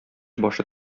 башы